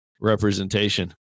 representation